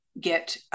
get